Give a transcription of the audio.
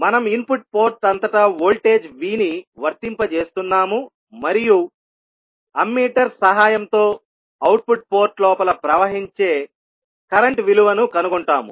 మనం input port అంతటా voltage V ని వర్తింపజేస్తున్నాము మరియు అమ్మీటర్ సహాయంతో అవుట్పుట్ పోర్ట్ లోపల ప్రవహించే కరెంట్ విలువను కనుగొంటాము